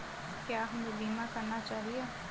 क्या हमें बीमा करना चाहिए?